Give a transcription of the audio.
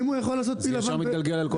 אם הוא יכול לעשות פיל לבן בשביל לו